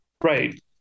Right